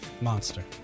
monster